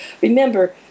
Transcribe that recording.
Remember